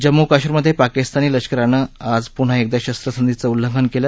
जम्मू काश्मीरमध्ये पाकिस्तानी लष्करानं आज प्न्हा एकदा शस्त्रसंधीचं उल्लंघन केलं